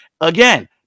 Again